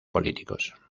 políticos